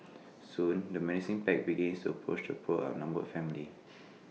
soon the menacing pack begins to approach the poor outnumbered family